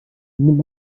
nimmt